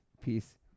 Peace